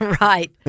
Right